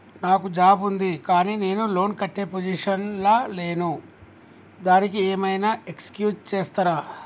నాకు జాబ్ ఉంది కానీ నేను లోన్ కట్టే పొజిషన్ లా లేను దానికి ఏం ఐనా ఎక్స్క్యూజ్ చేస్తరా?